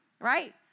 right